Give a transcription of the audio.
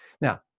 Now